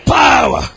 power